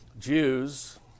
Jews